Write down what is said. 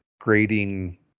grading